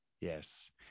yes